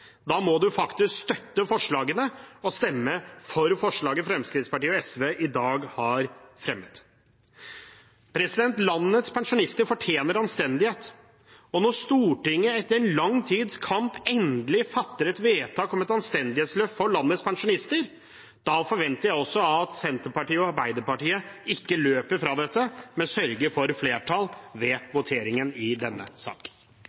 Da må man faktisk støtte forslagene og stemme for forslaget Fremskrittspartiet og Sosialistisk Venstreparti i dag har fremmet. Landets pensjonister fortjener anstendighet, og når Stortinget etter lang tids kamp endelig fatter et vedtak om et anstendighetsløft for landets pensjonister, forventer jeg også at Senterpartiet og Arbeiderpartiet ikke løper fra dette, men sørger for flertall ved voteringen i denne